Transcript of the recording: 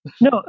No